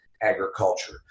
agriculture